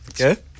Okay